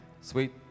Sweet